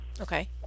Okay